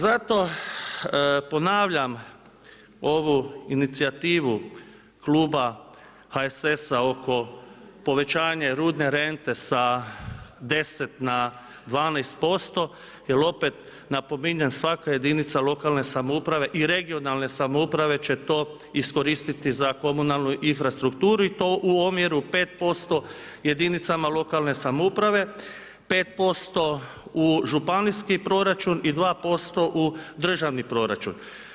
Zato ponavljam ovu inicijativu kluba HSS-a oko povećanja rudne rente sa 10 na 12% jer opet napominjem, svaka jedinica lokalne samouprave i regionalne samouprave će to iskoristiti za komunalnu infrastrukturu i to u omjeru 5% jedinicama lokalne samouprave, 5% u županijski proračun i 2% u državni proračun.